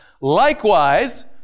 Likewise